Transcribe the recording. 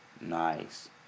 Nice